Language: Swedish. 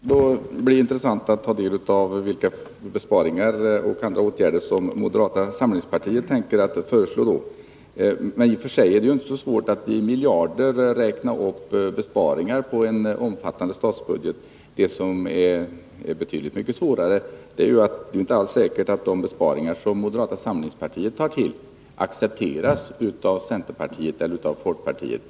Fru talman! Då skall det bli intressant att få ta del av vilka besparingar och andra åtgärder som moderata samlingspartiet tänker föreslå. Men i och för sig är det inte svårt att i miljarder räkna upp besparingar på en omfattande statsbudget. Vad som är betydligt svårare är att det ju inte alls är säkert att de besparingar som moderata samlingspartiet föreslår kommer att accepteras av centerpartiet eller folkpartiet.